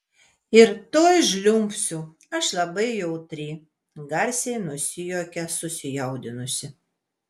ir tuoj žliumbsiu aš labai jautri garsiai nusijuokia susijaudinusi